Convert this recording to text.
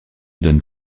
donnent